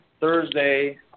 Thursday